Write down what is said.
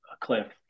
cliff